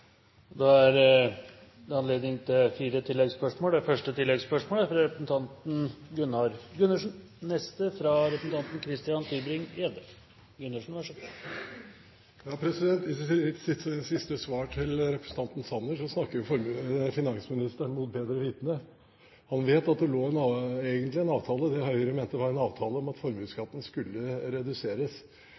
Det blir fire oppfølgingsspørsmål – først fra representanten Gunnar Gundersen. I sitt siste svar til representanten Sanner snakket finansministeren mot bedre vitende. Han vet at det egentlig lå det Høyre mente var en avtale om at formuesskatten skulle reduseres,